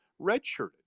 Redshirted